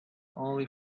only